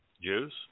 Jews